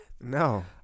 no